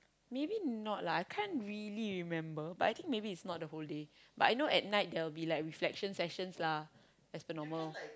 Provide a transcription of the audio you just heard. maybe not lah I can't really remember but I think maybe is not the whole day but you know at tight there'll be like reflection sessions lah as per normal